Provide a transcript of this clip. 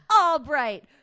Albright